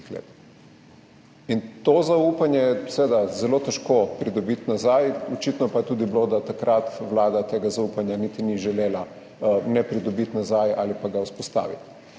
To zaupanje je seveda zelo težko pridobiti nazaj. Očitno pa je tudi bilo, da takrat vlada tega zaupanja niti ni želela pridobiti nazaj ali pa ga vzpostaviti.